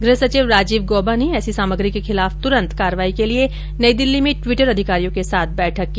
गृह सचिव राजीव गौबा ने ऐसी सामग्री के खिलाफ तुरंत कार्रवाई के लिए नई दिल्ली में टिवटर अधिकारियों के साथ बैठक की